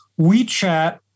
WeChat